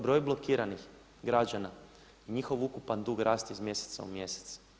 Broj blokiranih građana, njihov ukupan dug raste iz mjeseca u mjesec.